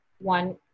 One